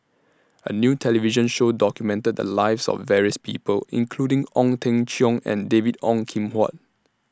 A New television Show documented The Lives of various People including Ong Teng Cheong and David Ong Kim Huat